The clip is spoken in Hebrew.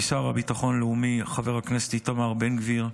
מהשר לביטחון לאומי חבר הכנסת איתמר בן גביר,